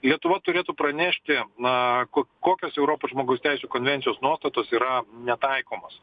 lietuva turėtų pranešti na kokios europos žmogaus teisių konvencijos nuostatos yra netaikomos